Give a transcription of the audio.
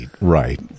right